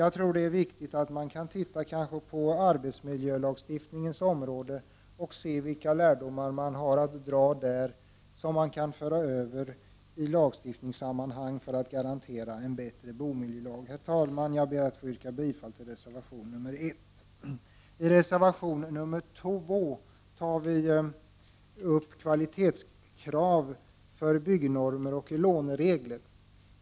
Jag tror att det är viktigt att man tar reda på vilka lärdomar man kan dra från arbetsmiljölagstiftningens område och som kan användas för att man skall kunna garantera en bättre bomiljölagstiftning. Herr talman! Jag ber att få yrka bifall till reservation 1. I reservation 2 tar vi i centern upp kvalitetskrav när det gäller byggnormer och låneregler.